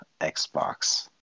Xbox